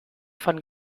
von